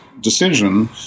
decision